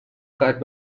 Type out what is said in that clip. cut